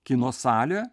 kino salė